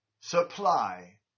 supply